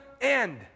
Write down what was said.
end